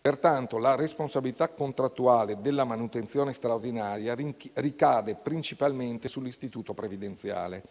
Pertanto, la responsabilità contrattuale della manutenzione straordinaria ricade principalmente sull'Istituto previdenziale.